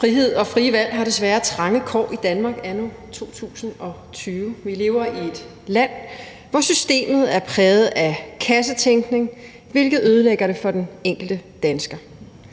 Frihed og frie valg har desværre trange kår i Danmark anno 2021. Vi lever i et land, hvor systemet er præget af kassetænkning, hvilket ødelægger det for den enkelte dansker.